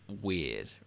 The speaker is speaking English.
weird